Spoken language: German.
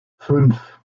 fünf